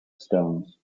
stones